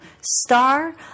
star